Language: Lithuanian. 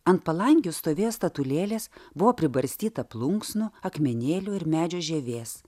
ant palangių stovėjo statulėlės buvo pribarstyta plunksnų akmenėlių ir medžio žievės